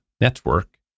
network